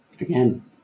Again